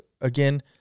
again